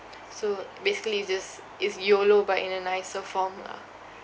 so basically is just is YOLO but in a nicer form lah